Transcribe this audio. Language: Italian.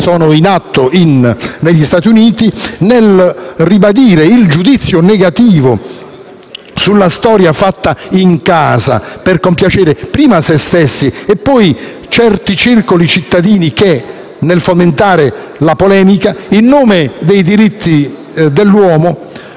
in atto negli Stati Uniti, ribadisco il giudizio negativo sulla storia fatta in casa per compiacere prima se stessi e poi certi circoli cittadini che, nel fomentare la polemica, in nome dei diritti dell'uomo